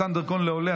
מתן דרכון לעולה),